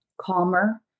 calmer